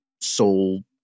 soul